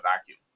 vacuum